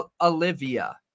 olivia